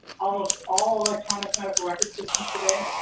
almost all electronic medical record systems today,